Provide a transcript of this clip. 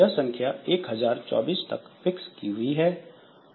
यह संख्या 1024 तक फिक्स की हुई है